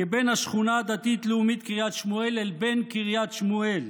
כבן השכונה הדתית-לאומית קריית שמואל אל בן קריית שמואל.